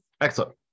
Excellent